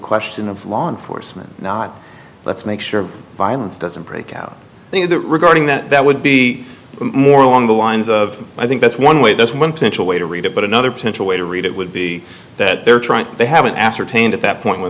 question of law enforcement not let's make sure violence doesn't break out regarding that that would be more along the lines of i think that's one way this one potential way to read it but another potential way to read it would be that they're trying they haven't ascertained at that point when